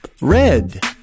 red